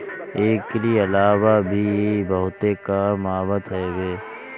एकरी अलावा भी इ बहुते काम आवत हवे